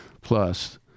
Plus